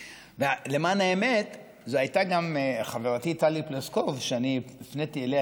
למען האמת זו הייתה גם חברתי טלי פלוסקוב שאני הפניתי אליה